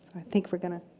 think we're gonna.